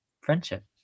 friendship